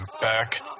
back